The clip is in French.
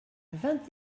vingt